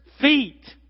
feet